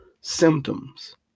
symptoms